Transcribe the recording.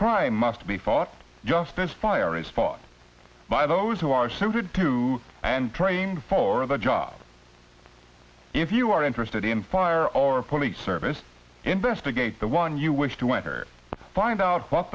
crime must be fought just this fire is fought by those who are suited to and trained for the job if you are interested in fire or police service investigate the one you wish to enter find out what